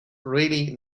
really